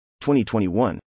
2021